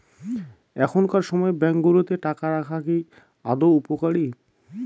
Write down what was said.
এখনকার সময় ব্যাঙ্কগুলোতে টাকা রাখা কি আদৌ উপকারী?